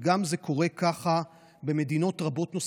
וגם זה קורה ככה במדינות רבות נוספות,